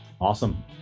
Awesome